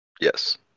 Yes